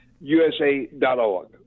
USA.org